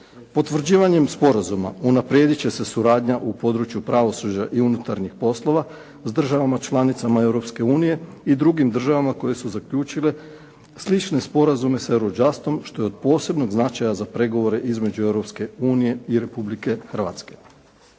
Potvrđivanjem sporazuma unaprijediti će se suradnja u području pravosuđa i unutarnjih poslova sa državama članicama Europske unije i drugim državama koje su zaključile slične sporazume sa Eurojustom što je od posebnog značaja za pregovore između Europske unije i Republike Hrvatske.